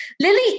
Lily